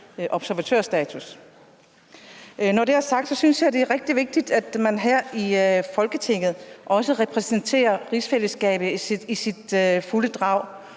observatørstatus. Når det er sagt, synes jeg, det er rigtig vigtigt, at man her i Folketinget også repræsenterer rigsfællesskabet i fulde drag